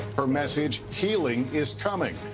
her message, healing is coming.